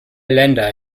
länder